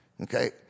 Okay